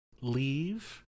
leave